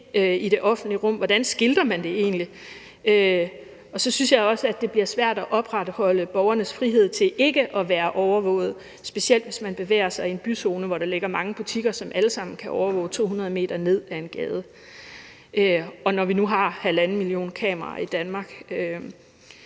i det offentlige rum? Hvordan skilter man det egentlig? Og så synes jeg også, at det bliver svært at opretholde borgernes frihed til ikke at være overvåget, specielt hvis man bevæger sig i en byzone, hvor der ligger mange butikker, som alle sammen kan overvåge 200 m ned ad en gade – og når vi nu har halvanden million kameraer i Danmark.